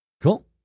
Cool